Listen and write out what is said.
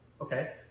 Okay